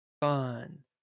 fun